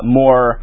more